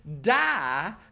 die